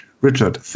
Richard